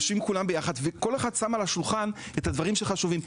יושבים כולם יחד וכל אחד שם על השולחן את הדברים שחשובים.